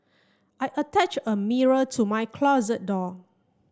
I attached a mirror to my closet door